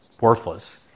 worthless